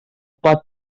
pot